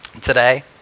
today